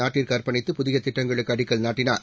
நாட்டிற்கு அர்ப்பணித்து புதிய திட்டங்களுக்கு அடிக்கல் நாட்டினார்